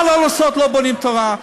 מה לא לעשות לא בונה תורה.